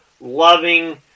loving